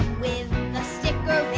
with a stick or